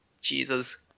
jesus